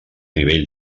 nivell